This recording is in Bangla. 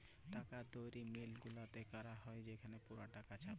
টাকা তৈরি মিল্ট গুলাতে ক্যরা হ্যয় সেখালে পুরা টাকা ছাপে